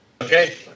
Okay